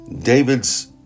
David's